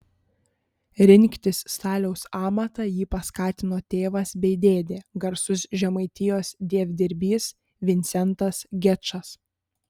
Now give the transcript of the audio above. rinktis staliaus amatą jį paskatino tėvas bei dėdė garsus žemaitijos dievdirbys vincentas gečas